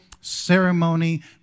ceremony